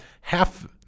half